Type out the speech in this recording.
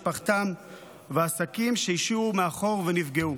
את משפחתם ואת העסקים שהשאירו מאחור ונפגעו.